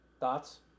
thoughts